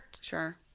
Sure